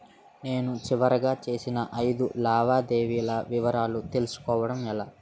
నేను చివరిగా చేసిన ఐదు లావాదేవీల వివరాలు తెలుసుకోవటం ఎలా?